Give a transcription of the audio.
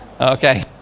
Okay